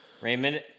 Raymond